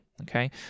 Okay